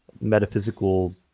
metaphysical